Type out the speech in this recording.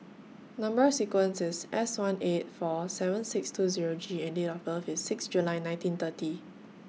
Number sequence IS S one eight four seven six two Zero G and Date of birth IS six July nineteen thirty